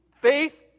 faith